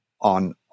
on